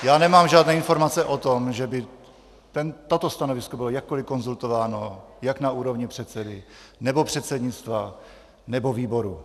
Já nemám žádné informace o tom, že by toto stanovisko bylo jakkoli konzultováno jak na úrovni předsedy, nebo předsednictva, nebo výboru.